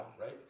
right